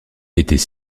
était